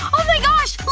ohmygosh!